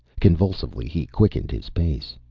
convulsively he quickened his pace.